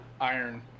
iron